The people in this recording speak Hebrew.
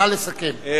נא לסכם.